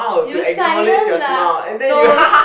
you silent laugh no